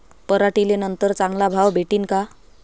पराटीले नंतर चांगला भाव भेटीन का?